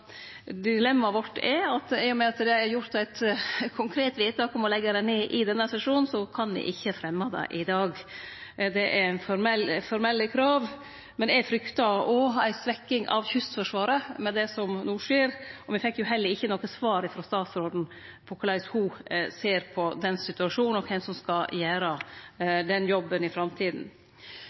Dilemmaet vårt er at i og med at det er gjort eit konkret vedtak om å leggje det ned i denne sesjonen, kan eg ikkje fremje det i dag. Det er formelle krav. Men eg fryktar òg ei svekking av Kystforsvaret med det som no skjer, og me fekk jo heller ikkje noko svar frå statsråden på korleis ho ser på den situasjonen, og kven som skal gjere den jobben i